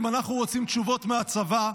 אם אנחנו רוצים תשובות מהצבא,